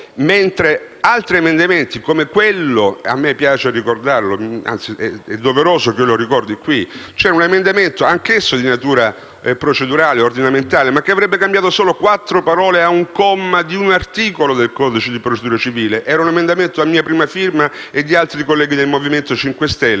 di altri emendamenti, tra i quali a me piace ricordare - anzi è doveroso che lo ricordi in questa sede - un emendamento, anch'esso di natura procedurale e ordinamentale, che avrebbe cambiato solo quattro parole a un comma di un articolo del codice di procedura civile. Era un emendamento a mia prima firma e a firma di altri colleghi del Movimento 5 Stelle,